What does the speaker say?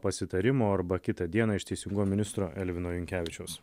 pasitarimo arba kitą dieną iš teisingumo ministro elvino jankevičiaus